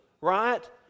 right